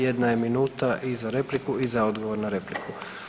Jedna je minuta i za repliku i za odgovor na repliku.